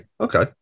okay